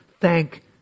Thank